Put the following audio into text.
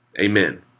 Amen